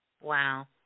Wow